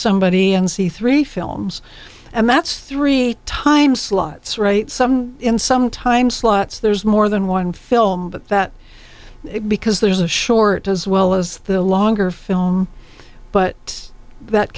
somebody and see three films and that's three time slots right some in some time slots there's more than one film but that is because there's a short as well as the longer film but that